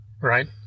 right